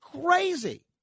crazy